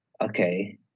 Okay